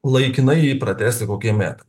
laikinai jį pratęsti kokiem metam